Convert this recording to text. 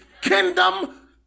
kingdom